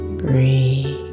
breathe